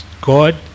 God